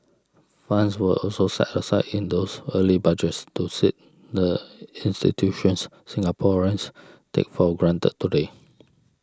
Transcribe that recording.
funds were also set aside in those early Budgets to seed the institutions Singaporeans take for granted today